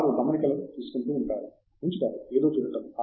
వారు గమనికలు తీసుకుంటూ ఉంటారు ఉంచుతారు ఏదో చూడటం